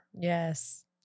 Yes